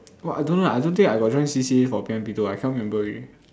what I don't know ah I don't think I got join C_C_A for primary one primary two I can't remember already